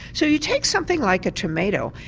so you take something like a tomato.